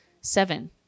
seven